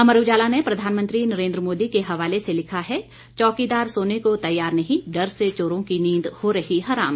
अमर उजाला ने प्रधानमंत्री नरेंद्र मोदी के हवाले से लिखा है चौकीदार सोने को तैयार नहीं डर से चोरों की नींद हो रही हराम